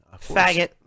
Faggot